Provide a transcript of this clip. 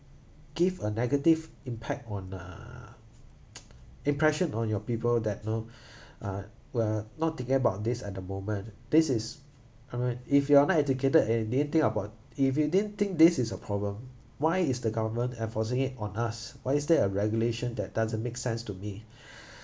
give a negative impact on uh impression on your people that you know uh we're not thinking about this at the moment this is I mean if you are not educated and do you think about if you didn't think this is a problem why is the government enforcing it on us why is there a regulation that doesn't make sense to me